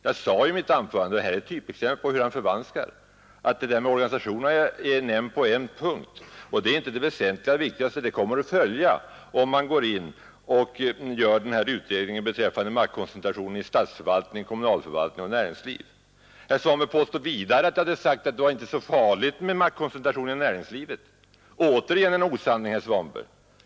Jag sade i mitt anförande — det här är ett typexempel på hur han förvanskar — att det där med organisationerna nämns på en punkt i motionen, men det är inte det väsentligaste, utan vad som kommer att följa om man går in och gör den här utredningen beträffande maktkoncentrationen i statsförvaltning, kommunal förvaltning och näringsliv. Herr Svanberg påstår också att jag har sagt att det inte är så farligt med maktkoncentrationen i näringslivet. Återigen en osanning, herr Svanberg!